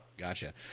Gotcha